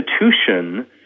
institution